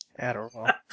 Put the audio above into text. Adderall